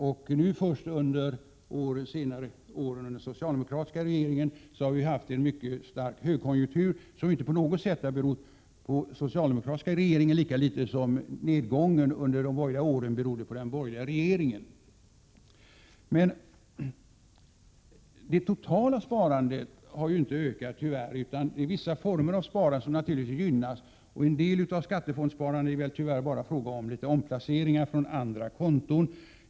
Det är först under de senaste åren, med en socialdemokratisk regering, som vi har haft en mycket stark högkonjunktur, som inte på något sätt har tillkommit på grund av en socialdemokratisk regering, lika litet som nedgången under de borgerliga åren berodde på den borgerliga regeringen. Det totala sparandet har emellertid inte ökat, utan det är vissa gynnade sparformer som har ökat. En del av skattefondssparandet är väl tyvärr bara litet omdisponeringar från andra konton.